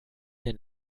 den